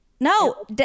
No